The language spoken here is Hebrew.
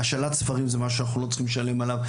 השאלת ספרים זה משהו שאנחנו לא צריכים לשלם עליו,